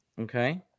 okay